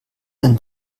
ein